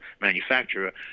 manufacturer